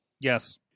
Yes